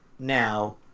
Now